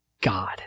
God